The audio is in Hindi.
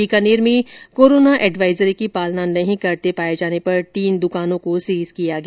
बीकानेर में कोरोना एडवाइजरी की पालना नहीं करते पाए जाने पर तीन दुकानों को सीज किया गया